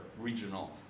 regional